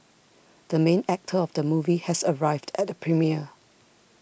the main actor of the movie has arrived at the premiere